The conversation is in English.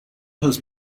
has